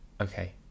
Okay